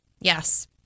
yes